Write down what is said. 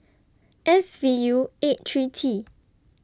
S V U eight three T